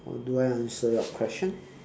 oh do I answer your question